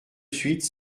suite